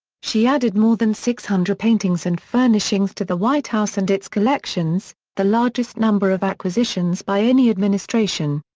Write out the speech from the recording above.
she added more than six hundred paintings and furnishings to the white house and its collections, the largest number of acquisitions by any administration.